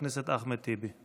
חבר הכנסת אחמד טיבי.